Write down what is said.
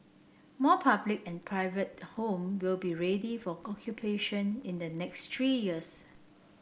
more public and private home will be ready for occupation in the next three years